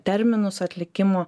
terminus atlikimo